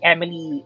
Emily